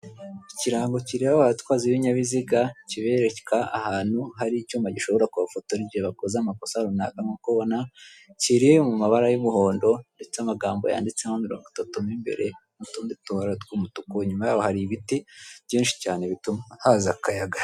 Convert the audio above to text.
Ikirango kireba aba batwazi b'ibinyabiziga kibereka ahantu hari icyuma gishobora kubafotora nk'igihe bakoze amakosa runaka nkuko ubona kiri mu mabara y'umuhondo ndetse amagambo yanditsemo mirongo itatu mimbere n'utundi tubara tw'umutuku inyuma yaho hari ibiti byinshi cyane bituma haza akayaga.